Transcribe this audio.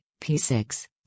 P6